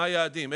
מה היעדים,